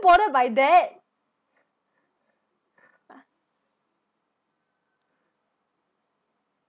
bothered by that